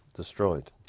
destroyed